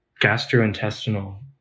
gastrointestinal